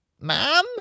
Ma'am